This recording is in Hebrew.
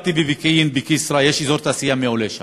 בפקיעין, בכסרא, יש אזור תעשייה מעולה שם,